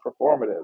performative